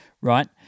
right